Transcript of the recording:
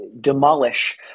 demolish